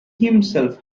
himself